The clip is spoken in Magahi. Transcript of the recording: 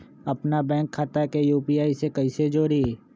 अपना बैंक खाता के यू.पी.आई से कईसे जोड़ी?